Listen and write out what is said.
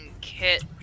kit